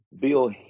Bill